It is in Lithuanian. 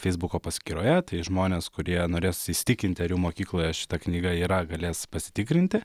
feisbuko paskyroje tai žmonės kurie norės įsitikinti ar jų mokykloje šita knyga yra galės pasitikrinti